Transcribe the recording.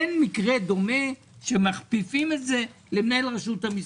אין מקרה דומה שמכפיפים את זה למנהל רשות המיסים.